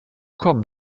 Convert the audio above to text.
kommen